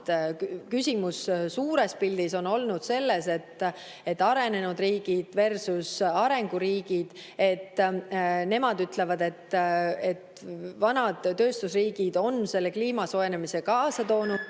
Küsimus suures pildis on olnud arenenud riigidversusarenguriigid. Nemad ütlevad, et vanad tööstusriigid on selle kliimasoojenemise kaasa toonud